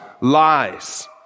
lies